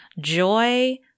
joy